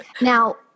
Now